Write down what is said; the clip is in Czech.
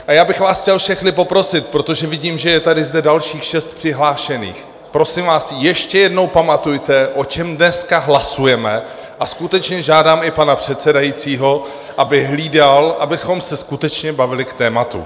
A já bych vás chtěl všechny poprosit, protože vidím, že je zde dalších šest přihlášených: prosím vás ještě jednou, pamatujte, o čem dneska hlasujeme, a skutečně žádám i pana předsedajícího, aby hlídal, abychom se skutečně bavili k tématu.